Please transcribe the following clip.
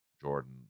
jordan